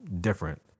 different